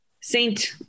Saint